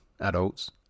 adults